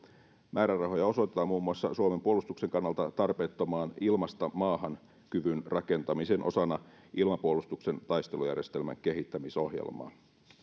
määrärahoja osoitetaan muun muassa suomen puolustuksen kannalta tarpeettomaan ilmasta maahan kyvyn rakentamiseen osana ilmapuolustuksen taistelujärjestelmän kehittämisohjelmaa